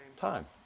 time